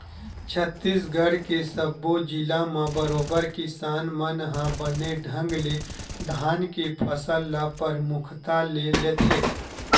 छत्तीसगढ़ के सब्बो जिला म बरोबर किसान मन ह बने ढंग ले धान के फसल ल परमुखता ले लेथे